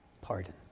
pardon